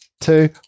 two